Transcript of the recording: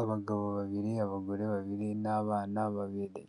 Abagabo babiri, abagore babiri n'abana babiri.